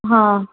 हा